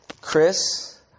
Chris